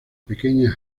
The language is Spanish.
pequeña